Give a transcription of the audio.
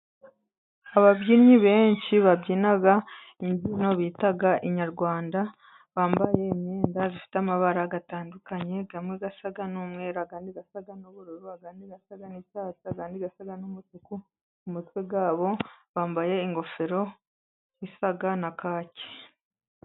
Ababyinnyi benshi babyina imbyino bita inyarwanda. Bambaye imyenda ifite amabara atandukanye. Amwe asa n'umweru, andi asa n'ubururu, andi asa n'icyatsi, andi asa n'umutuku. Mu mutwe wabo bambaye ingofero isa na kaki.